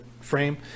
frame